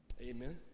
Amen